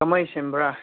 ꯀꯃꯥꯏꯅ ꯁꯦꯝꯕ꯭ꯔꯥ